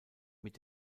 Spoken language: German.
mit